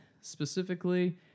specifically